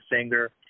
singer